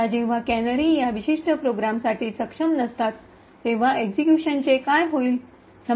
आता जेव्हा कॅनरी या विशिष्ट प्रोग्रामसाठी सक्षम नसतात तेव्हा एक्सिक्यूशन चे काय होईल